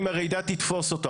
אם הרעידה תתפוס אותו,